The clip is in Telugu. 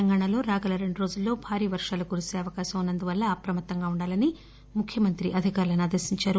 తెలంగాణాలో రాగల రెండు రోజులలో భారీవర్షాలు కురిసే అవకాశం ఉన్న ందున అప్రమత్తంగా ఉండాలని ముఖ్వమంత్రి అధికారులను ఆదేశించారు